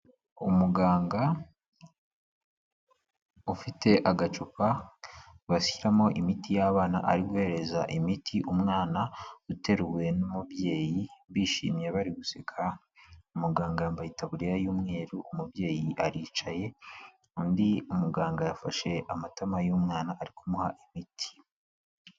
Umuganga ufite agacupa bashyiramo imiti y'abana ari guhereza imiti umwana uteruwe n'umubyeyi bishimiye bari guseka, muganga yambaye itaburiya y'umweru, umubyeyi aricaye undi muganga yafashe amatama y'umwana ari kumuha imiti.